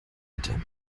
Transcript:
bitte